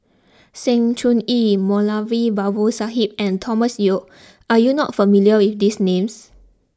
Sng Choon Yee Moulavi Babu Sahib and Thomas Yeo are you not familiar with these names